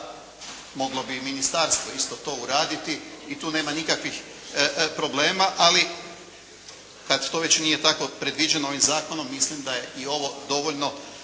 da, moglo bi i ministarstvo isto to uraditi i tu nema nikakvih problema, ali kad to već nije tako predviđeno ovim zakonom mislim da je i ovo dovoljno